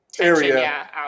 area